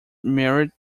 married